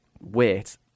wait